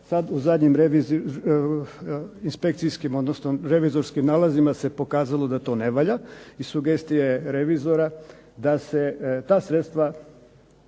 Sada u zadnjim revizorskim nalazima se pokazalo da to ne valja. I sugestija je revizora da se ta sredstva